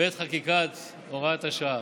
בעת חקיקת הוראת השעה,